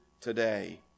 today